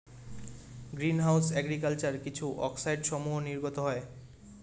green house agriculture কিছু অক্সাইডসমূহ নির্গত হয়